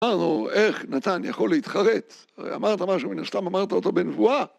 אמרנו איך נתן יכול להתחרט, אמרת משהו מן סתם אמרת אותו בנבואה